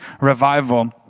revival